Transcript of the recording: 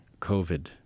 COVID